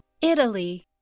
Italy